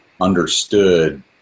understood